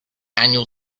annual